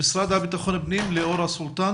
המשרד לביטחון הפנים, ליאורה סולטן.